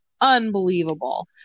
unbelievable